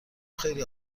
خیلی